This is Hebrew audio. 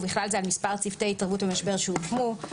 ובכלל זה על מספר צוותי ההתערבות במשבר שהוקמו,